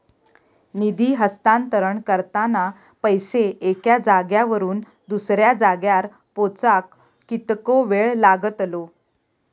निधी हस्तांतरण करताना पैसे एक्या जाग्यावरून दुसऱ्या जाग्यार पोचाक कितको वेळ लागतलो?